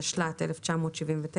התשל"ט-1979,